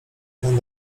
jedną